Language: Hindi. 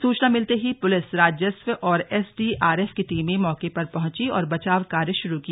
सूचना मिलते ही पुलिस राजस्व और एसडीआरएफ की टीमें मौके पर पहुंची ओर बचाव कार्य शुरू किया